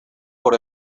por